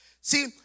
See